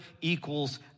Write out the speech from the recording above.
equals